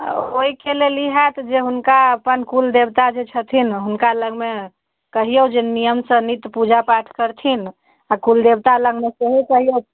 ओ ओहिके लेल ई होएत जे हुनका अपन कुलदेवता जे छथिन हुनका लगमे कहियौ जे नियमसँ नित पूजा पाठ करथिन आ कुलदेवता लगमे सेहो कहियौ